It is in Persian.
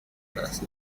بحث